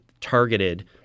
targeted